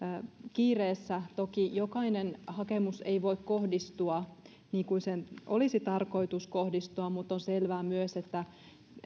kiireessä toki jokainen hakemus ei voi kohdistua niin kuin sen olisi tarkoitus kohdistua mutta on selvää myös että